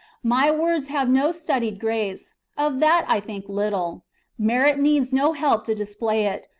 my words have no studied grace of that i think little merit needs no help to display it,